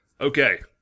Okay